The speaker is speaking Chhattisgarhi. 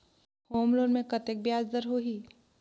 होम लोन मे कतेक ब्याज दर होही?